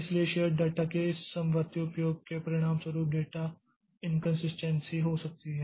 इसलिए shared data के इस समवर्ती उपयोग के परिणामस्वरूप डेटा इनकन्सिस्टेन्सी हो सकती है